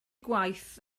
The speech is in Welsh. gwaith